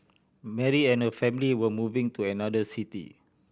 Mary and her family were moving to another city